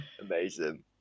amazing